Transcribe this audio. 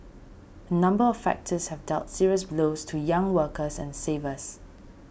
a number of factors have dealt serious blows to young workers and savers